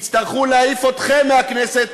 יצטרכו להעיף אתכם מהכנסת,